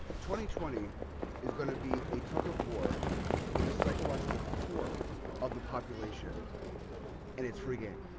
twenty twenty is going to be a tug of war for the psychological core of the population and it's free game.